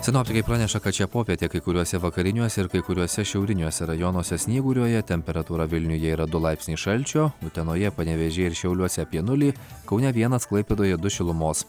sinoptikai praneša kad šią popietę kai kuriuose vakariniuose ir kai kuriuose šiauriniuose rajonuose snyguriuoja temperatūra vilniuje yra du laipsniai šalčio utenoje panevėžyje ir šiauliuose apie nulį kaune vienas klaipėdoje du šilumos